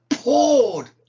poured